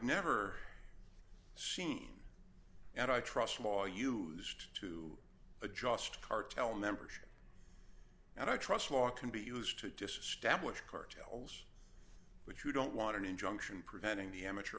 never seen and i trust small used to a just cartel membership and i trust law can be used to disestablish cartels but you don't want an injunction preventing the amateur